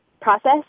process